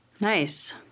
Nice